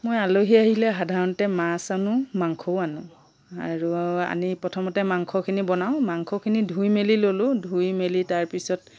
মই আলহী আহিলে সাধাৰণতে মাছ আনো মাংসও আনো আৰু আনি প্ৰথমতে মাংসখিনি বনাও মাংখিনি ধুই মেলি ল'লো ধুই মেলি তাৰপিছত